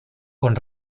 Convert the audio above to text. con